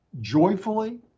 joyfully